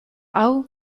hau